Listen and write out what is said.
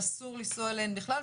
שאסור לנסוע אליהן בכלל,